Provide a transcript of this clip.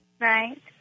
Right